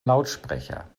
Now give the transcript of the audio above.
lautsprecher